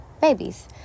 babies